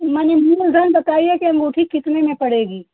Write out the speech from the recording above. माने मूल धन बताइए की अंगूठी कितने में पड़ेगी